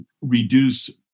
reduce